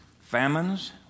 famines